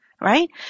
right